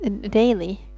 daily